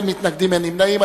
אין מתנגדים, אין נמנעים.